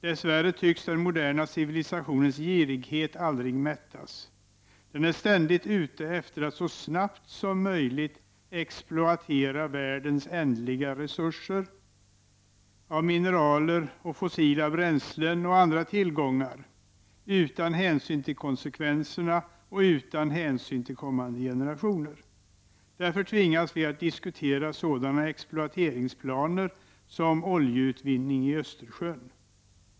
Dess värre tycks den moderna civilisationens girighet aldrig mättas. Den är ständigt ute efter att så snabbt som möjligt exploatera världens ändliga resurser av mineraler, fossila bränslen och andra tillgångar, utan hänsyn till konsekvenserna och utan hänsyn till kommande generationer. Därvid tvingas vi diskutera sådana exploateringsplaner som oljeutvinning i Östersjön.